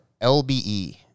LBE